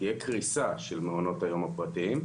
תהיה קריסה של מעונות היום הפרטיים,